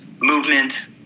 movement